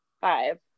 Five